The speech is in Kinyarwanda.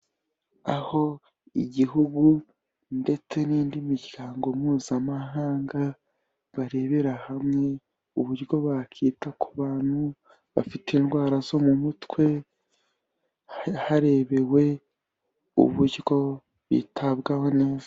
Aho igihugu ndetse n'indi miryango mpuzamahanga, barebera hamwe uburyo bakita ku bantu bafite indwara zo mu mutwe, harebewe uburyo bitabwaho neza.